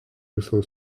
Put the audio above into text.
viso